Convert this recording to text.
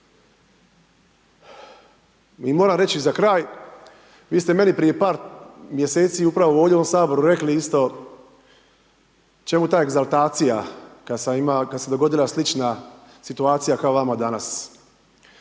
I mora reći za kraj, vi ste meni prije par mjeseci upravo ovdje u ovom saboru rekli isto čemu ta egzaltacija kad sam ima, kad se dogodila slična situacija kao vama danas.